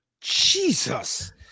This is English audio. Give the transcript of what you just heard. Jesus